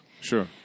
sure